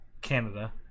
Canada